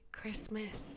Christmas